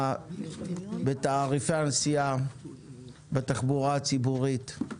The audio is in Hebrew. בתעריפי הנסיעה בתחבורה הציבורית.